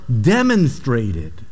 demonstrated